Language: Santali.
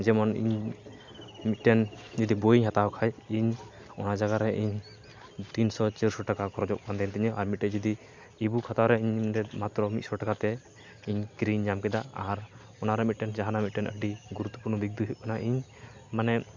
ᱡᱮᱢᱚᱱ ᱤᱧ ᱢᱤᱫᱴᱮᱱ ᱡᱚᱫᱤ ᱵᱳᱭ ᱦᱟᱛᱟᱣ ᱠᱷᱟᱡ ᱤᱧ ᱚᱱᱟ ᱡᱟᱜᱟᱨᱮ ᱤᱧ ᱛᱤᱱᱥᱚ ᱪᱟᱹᱨᱥᱚ ᱴᱟᱠᱟ ᱠᱷᱚᱨᱚᱪᱚᱜ ᱠᱟᱱ ᱛᱮᱦᱮᱱ ᱛᱤᱧᱟᱹ ᱟᱨ ᱢᱤᱫᱴᱮᱡ ᱡᱚᱫᱤ ᱤᱼᱵᱩᱠ ᱦᱟᱛᱟᱣᱨᱮ ᱤᱧ ᱢᱟᱛᱨᱚ ᱢᱤᱫᱥᱚ ᱴᱟᱠᱟᱛᱮ ᱤᱧ ᱠᱤᱨᱤᱧ ᱧᱟᱢᱠᱮᱫᱟ ᱟᱨ ᱚᱱᱟᱨᱮ ᱢᱤᱫᱴᱮᱱ ᱡᱟᱦᱟᱱᱟᱜ ᱢᱤᱫᱴᱮᱱ ᱟᱹᱰᱤ ᱜᱩᱨᱩᱛᱚᱯᱩᱨᱱᱚ ᱫᱤᱠᱫᱚ ᱦᱩᱭᱩᱜ ᱠᱟᱱᱟ ᱤᱧ ᱢᱟᱱᱮ